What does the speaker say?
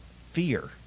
fear